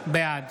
בעד